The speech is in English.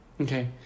Okay